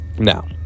now